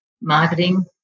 marketing